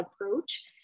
approach